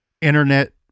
internet